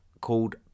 called